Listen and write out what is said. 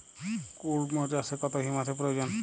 কুড়মো চাষে কত হিউমাসের প্রয়োজন?